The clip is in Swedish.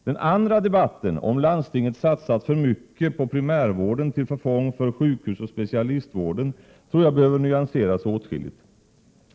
Den andra debatten, om landstinget satsat för mycket på primärvården till förfång för sjukhusoch specialistvården, tror jag behöver nyanseras åtskilligt.